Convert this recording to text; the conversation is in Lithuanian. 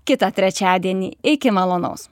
kitą trečiadienį iki malonaus